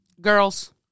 Girls